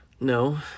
No